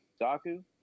Daku